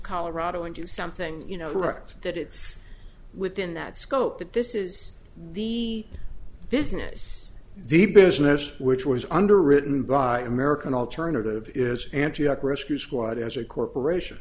colorado and do something you know wrecked that it's within that scope that this is the business the business which was underwritten by american alternative is antioch rescue squad as a corporation